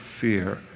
fear